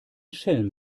schelm